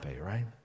right